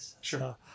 Sure